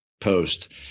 post